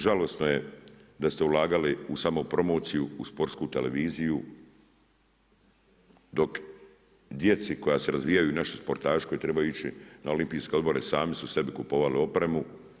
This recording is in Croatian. Žalosno je da ste ulagali u samo promociju, u Sportsku televiziju dok djeci koja se razvijaju i naši sportaši koji trebaju ići na Olimpijske odbore sami su sebi kupovali opremu.